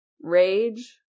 rage